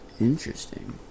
interesting